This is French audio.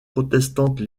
protestante